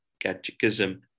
Catechism